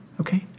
Okay